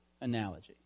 analogy